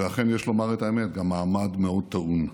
ואכן, יש לומר את האמת, גם מעמד מאוד טעון.